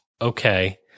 okay